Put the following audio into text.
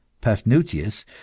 paphnutius